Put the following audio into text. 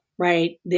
right